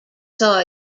saw